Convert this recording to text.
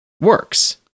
works